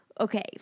okay